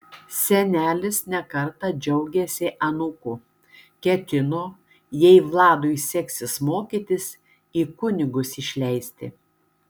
senelis ne kartą džiaugėsi anūku ketino jei vladui seksis mokytis į kunigus išleisti